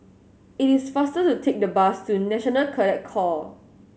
it is faster to take the bus to National Cadet Corp